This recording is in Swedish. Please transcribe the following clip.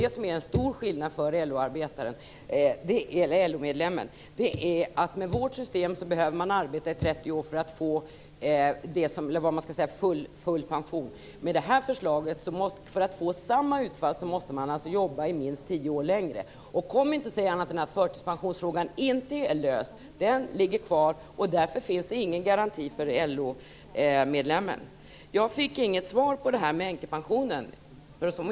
Det som är den stora skillnaden för LO medlemmen är att man med vårt system behöver arbeta i 30 år för att få full pension. För att få samma utfall måste man med det här förslaget jobba minst tio år längre. Kom inte och säg något annat än att förtidspensionsfrågan inte är löst. Den ligger kvar. Därför finns det ingen garanti för LO-medlemmen. Jag fick inget svar vad gäller änkepensionen.